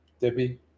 Debbie